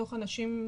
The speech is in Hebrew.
מתוך אנשים,